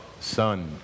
Son